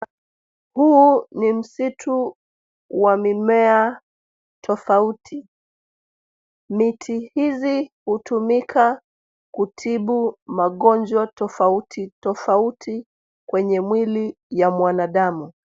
Huu ni msitu wa mimea tofauti. Miti hizi hutumika kutibu magonjwa tofauti tofauti kwenye mwili ya mwanadamu.